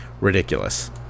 ridiculous